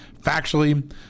Factually